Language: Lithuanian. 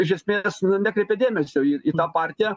iš esmės nu nekreipia dėmesio į į tą partiją